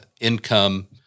income